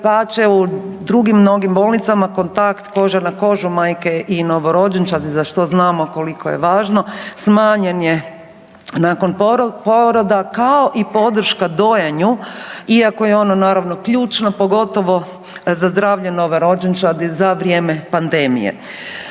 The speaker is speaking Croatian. dapače u drugim mnogim bolnicama kontakt koža na kožu majke i novorođenčadi za što znamo koliko je važno smanjen je nakon poroda, kao i podrška dojenju iako je ono naravno ključno pogotovo za zdravlje novorođenčadi za vrijeme pandemije.